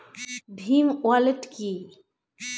Bhim wallet কি?